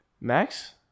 Max